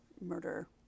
murder